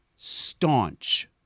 staunch